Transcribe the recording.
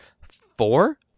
four